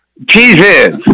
Jesus